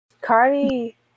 Cardi